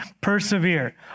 persevere